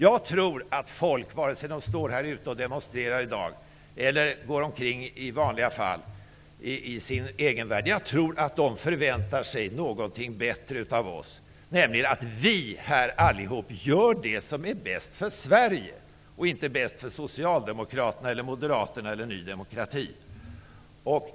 Jag tror att folk, vare sig man står här utanför och demonstrerar eller är i sin vanliga miljö, förväntar sig något bättre av oss, nämligen att vi allihop gör det som är bäst för Sverige, inte för Socialdemokraterna, Moderaterna eller Ny demokrati.